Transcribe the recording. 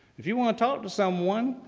if you want to talk to someone,